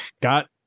got